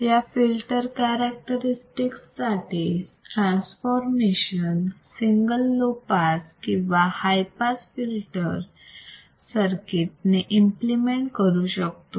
या filter characteristics साठी transformation single low pass किंवा हाय पास फिल्टर सर्किट ने इम्प्लिमेंट करू शकतो